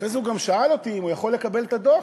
אחרי זה הוא גם שאל אותי אם הוא יכול לקבל את הדוח,